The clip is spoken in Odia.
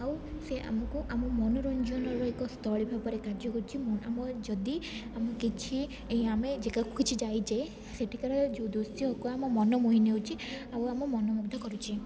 ଆଉ ସେ ଆମକୁ ଆମ ମନୋରଞ୍ଜନର ଏକ ସ୍ଥଳୀ ଭାବରେ କାର୍ଯ୍ୟ କରୁଛି ଆମ ଯଦି ଆମ କିଛି ଆମେ କିଛି ଯାଇଛେ ସେଠିକାର ଯେଉଁ ଦୃଶ୍ୟକୁ ଆମ ମନ ମୋହି ନେଉଛି ଆଉ ଆମ ମନ ମୁଗ୍ଧ କରୁଛି